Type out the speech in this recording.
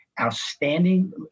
outstanding